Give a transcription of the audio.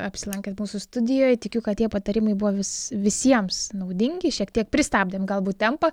apsilankėt mūsų studijoj tikiu kad tie patarimai buvo vis visiems naudingi šiek tiek pristabdėm galbūt tempą